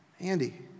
Andy